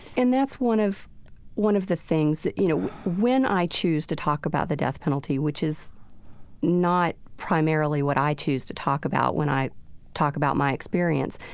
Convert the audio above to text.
and that's one of one of the things. you know when i choose to talk about the death penalty, which is not primarily what i choose to talk about when i talk about my experience,